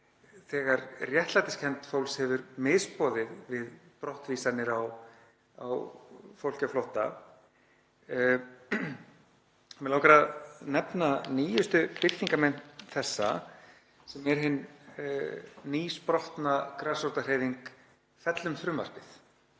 þegar réttlætiskennd fólks hefur misboðið við brottvísanir á fólki á flótta. Mig langar að nefna nýjustu birtingarmynd þessa sem er hinn nýsprottna grasrótarhreyfing Fellum frumvarpið.